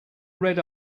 red